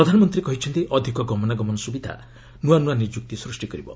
ପ୍ରଧାନମନ୍ତ୍ରୀ କହିଛନ୍ତି ଅଧିକ ଗମନାଗମନ ସୁବିଧା ନୂଆ ନୂଆ ନିଯୁକ୍ତି ସୃଷ୍ଟି କରିବ